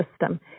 system